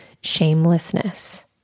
shamelessness